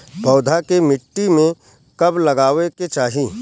पौधा के मिट्टी में कब लगावे के चाहि?